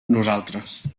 nosaltres